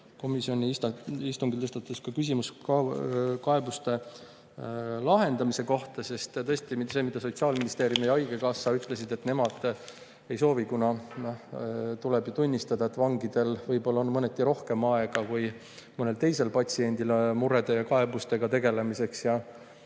Komisjoni istungil tõstatus küsimus [kinnipeetavate esitatud] kaebuste lahendamise kohta. Tõesti, Sotsiaalministeerium ja haigekassa ütlesid, et nemad seda ei soovi, kuna tuleb tunnistada, et vangidel võib-olla on mõneti rohkem aega kui mõnel teisel patsiendil murede ja kaebustega tegelemiseks.